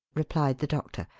replied the doctor.